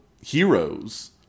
heroes